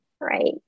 right